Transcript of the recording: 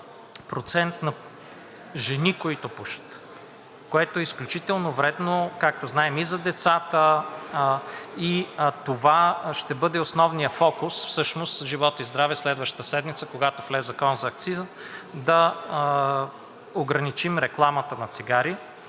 процент на жени, които пушат, което е изключително вредно, както знаем, и за децата, и това ще бъде основният фокус всъщност, живот и здраве, следващата седмица, когато влезе Законът за акцизите, да ограничим рекламата на цигари.